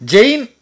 Jane